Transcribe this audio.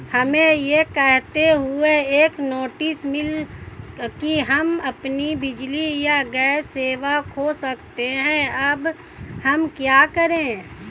हमें यह कहते हुए एक नोटिस मिला कि हम अपनी बिजली या गैस सेवा खो सकते हैं अब हम क्या करें?